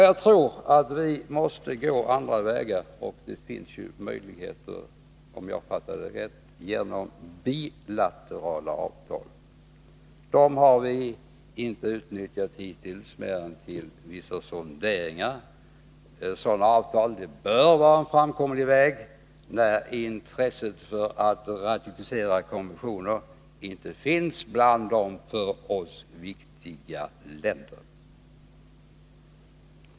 Jag tror att vi måste gå andra vägar, och det finns — om jag fattade det rätt — möjligheter genom bilaterala avtal. Dem har vi inte utnyttjat hittills, annat än till vissa sonderingar. Att ingå sådana avtal bör vara en framkomlig väg, när intresset för att ratificera konventioner inte finns bland de för oss viktiga länderna.